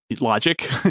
Logic